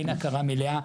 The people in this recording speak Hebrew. אין הכרה מלאה,